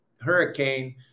hurricane